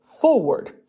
forward